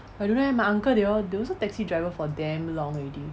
I don't know eh my uncle they all they also taxi driver for damn long already